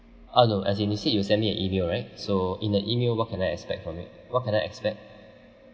oh no as in you said you sent me an email right so in the email what can I expect from it what can I expect